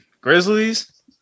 Grizzlies